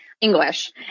English